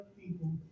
people